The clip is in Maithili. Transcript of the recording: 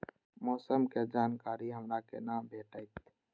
मौसम के जानकारी हमरा केना भेटैत?